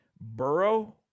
Burrow